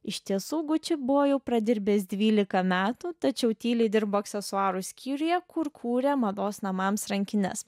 iš tiesų guči buvo jau pradirbęs dvylika metų tačiau tyliai dirbo aksesuarų skyriuje kur kūrė mados namams rankines